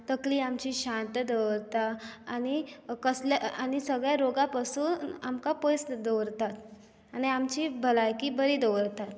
तकली आमची शांत दवरता आनी कसल्या आनी सगळ्या रोगा पासून आमकां पयस दवरता आनी आमची भलायकी बरी दवरता